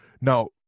Now